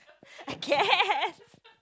I guess